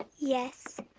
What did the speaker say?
yes.